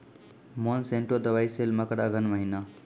Monsanto दवाई sale मकर अघन महीना,